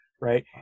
Right